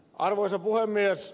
arvoisa puhemies